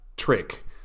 trick